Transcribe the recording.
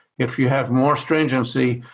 if you have more stringency,